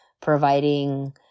providing